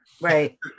Right